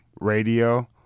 radio